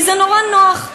כי זה נורא נוח.